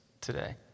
today